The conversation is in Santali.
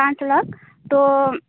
ᱯᱟᱸᱪ ᱞᱟᱠᱷ ᱛᱳ